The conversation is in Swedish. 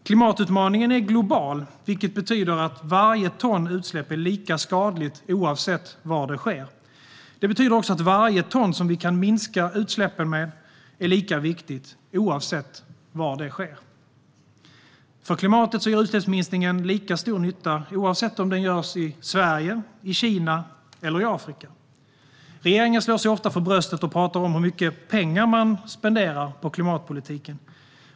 Klimatutmaningen är global, vilket betyder att varje ton utsläpp är lika skadligt oavsett var det sker. Det betyder också att varje ton vi kan minska utsläppen med är lika viktigt oavsett var det sker. För klimatet gör utsläppsminskningen lika stor nytta oavsett om den görs i Sverige, i Kina eller i Afrika. Regeringen slår sig ofta för bröstet och talar om hur mycket pengar man spenderar på klimatpolitiken.